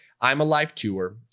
I'malivetour